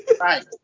Right